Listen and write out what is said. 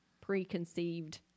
preconceived